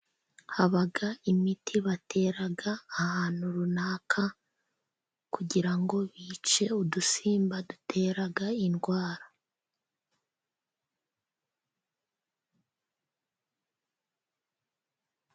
Haba imiti batera ahantu runaka kugira ngo bice udusimba dutera indwara.